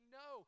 no